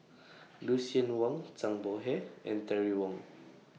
Lucien Wang Zhang Bohe and Terry Wong